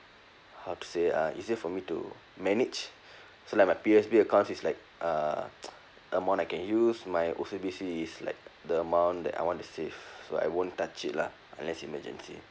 how to say ah easier for me to manage so like my P_O_S_B accounts is like err amount I can use my O_C_B_C is like the amount that I want to save so I won't touch it lah unless emergency